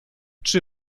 czy